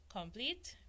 complete